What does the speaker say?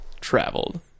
traveled